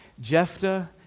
Jephthah